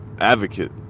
advocate